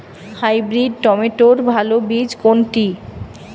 Hybrid টমেটোর ভালো বীজ কোনটি?